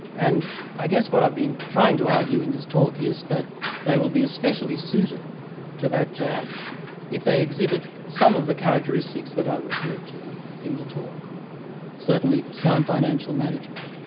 and i guess what i've been trying to argue in this talk is that they will be especially suited to that job if they exhibit some of the characteristics that i've referred to in the talk certainly sound financial management,